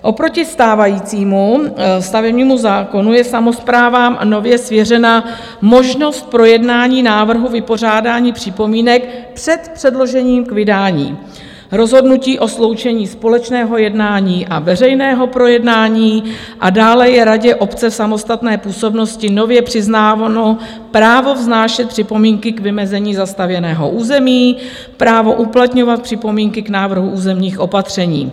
Oproti stávajícímu stavebnímu zákonu je samosprávě nově svěřena možnost projednání návrhu vypořádání připomínek před předložením vydání rozhodnutí o sloučení společného jednání a veřejného projednání a dále je radě obce (v) samostatné působnosti přiznáno právo vznášet připomínky k vymezení zastavěného území, právo uplatňovat připomínky k návrhu územních opatření.